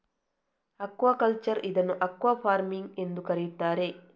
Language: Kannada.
ಅಕ್ವಾಕಲ್ಚರ್ ಇದನ್ನು ಅಕ್ವಾಫಾರ್ಮಿಂಗ್ ಎಂದೂ ಕರೆಯುತ್ತಾರೆ